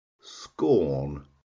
scorn